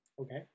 Okay